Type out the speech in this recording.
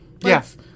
Yes